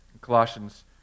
Colossians